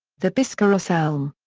the biscarrosse elm.